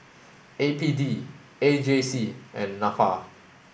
A P D A J C and NAFA